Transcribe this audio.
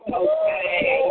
okay